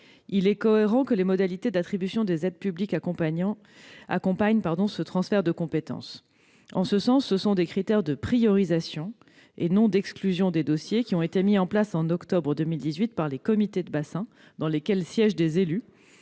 Il est cohérent que les modalités d'attribution des aides publiques accompagnent ce transfert de compétences. En ce sens, des critères de priorisation et non d'exclusion des dossiers ont été mis en place en octobre 2018 par les comités de bassin, où siègent des élus,